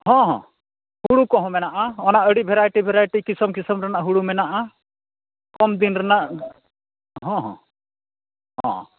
ᱦᱮᱸ ᱦᱩᱲᱩᱠᱚᱦᱚᱸ ᱢᱮᱱᱟᱜᱼᱟ ᱚᱱᱟ ᱟᱹᱰᱤ ᱵᱷᱮᱨᱟᱭᱴᱤ ᱵᱷᱮᱨᱟᱭᱴᱤ ᱠᱤᱥᱚᱢ ᱠᱤᱥᱚᱢ ᱨᱮᱱᱟᱜ ᱦᱩᱲᱩ ᱢᱮᱱᱟᱜᱼᱟ ᱠᱚᱢᱫᱤᱱ ᱨᱮᱱᱟᱜ ᱦᱮᱸ ᱦᱮᱸ ᱦᱮᱸ